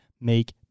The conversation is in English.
make